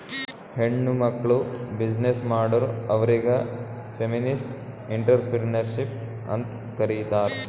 ಹೆಣ್ಮಕ್ಕುಳ್ ಬಿಸಿನ್ನೆಸ್ ಮಾಡುರ್ ಅವ್ರಿಗ ಫೆಮಿನಿಸ್ಟ್ ಎಂಟ್ರರ್ಪ್ರಿನರ್ಶಿಪ್ ಅಂತ್ ಕರೀತಾರ್